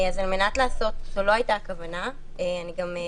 זאת לא הייתה הכוונה ופרופ'